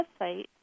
website